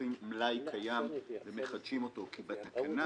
לוקחים מלאי קיים ומחדשים אותו, כי בתקנה,